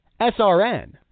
SRN